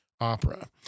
Opera